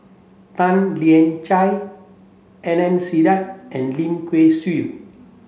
Tan Lian Chye Adnan Saidi and Lim Kay Siu